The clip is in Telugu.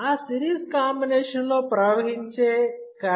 ఆ సిరీస్ కాంబినేషన్ లో ప్రవహించే కరెంటు I1